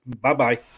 Bye-bye